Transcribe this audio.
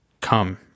Come